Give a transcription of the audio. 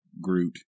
Groot